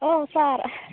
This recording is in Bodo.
औ सार